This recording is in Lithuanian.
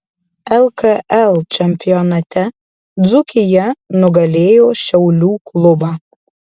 lkl čempionate dzūkija nugalėjo šiaulių klubą